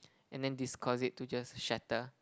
and then this cause it to just shatter